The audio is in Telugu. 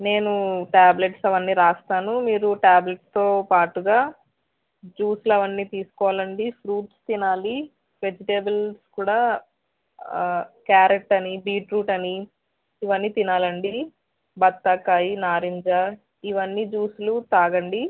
నేను టాబ్లెట్స్ అవన్నీ రాస్తాను మీరు టాబ్లెట్స్తో పాటుగా జ్యూస్లు అవన్నీ తీసుకోవాలండి ఫ్రూట్స్ తినాలి వెజిటెబుల్స్ కూడా క్యారెట్ అని బీట్రూట్ అని ఇవన్నీ తినాలండి బత్తాయి నారింజ ఇవన్ని జ్యూస్లు తాగండి